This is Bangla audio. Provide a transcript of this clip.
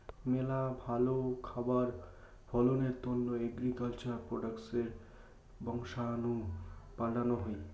মেলা ভালো খাবার ফলনের তন্ন এগ্রিকালচার প্রোডাক্টসের বংশাণু পাল্টানো হই